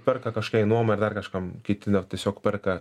perka kažkokiai nuomai dar kažkam kiti net tiesiog perka